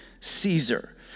Caesar